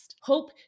Hope